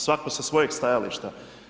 Svako sa svojeg stajališta.